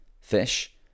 Fish